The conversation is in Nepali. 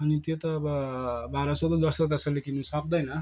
अनि त्यो त अब बाह्र सौमा जस्तो त्यस्तोले किन्न सक्दैन